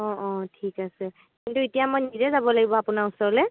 অ' অ' ঠিক আছে কিন্তু এতিয়া মই নিজে যাব লাগিব আপোনাৰ ওচৰলৈ